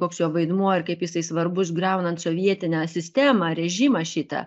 koks jo vaidmuo ir kaip jisai svarbus griaunant sovietinę sistemą režimą šitą